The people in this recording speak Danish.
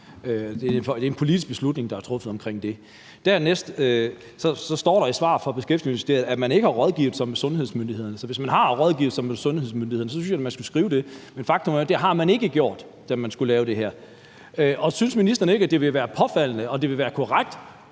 det er en politisk beslutning, der er truffet om det. Dernæst står der i svaret fra Beskæftigelsesministeriet, at man ikke har rådført sig med sundhedsmyndighederne. Så hvis man har rådført sig med sundhedsmyndighederne, synes jeg da, at man skulle skrive det. Men faktum er, at det har man ikke gjort, da man skulle lave det her. Synes ministeren ikke, at det ville være på sin plads og korrekt,